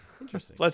interesting